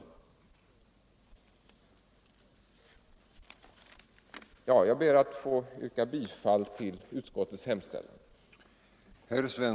Jag ber att få yrka bifall till utskottets hemställan.